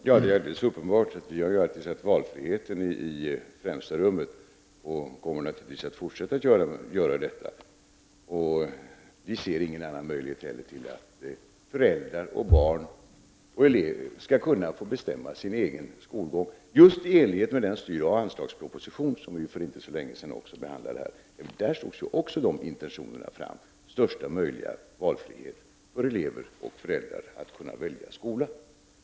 Herr talman! Det är helt uppenbart att vi moderater alltid har satt valfriheten i främsta rummet, och vi kommer naturligtvis att fortsätta att göra detta. Vi ser ingen annan möjlighet än att elever och föräldrar skall kunna bestämma barnens skolgång, just i enlighet med den styroch anslagsproposition som riksdagen behandlade för inte så länge sedan. Där togs också intentionerna fram, dvs. största möjliga valfrihet för elever och föräldrar att kunna välja skola.